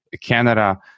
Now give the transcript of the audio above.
Canada